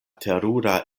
terura